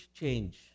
change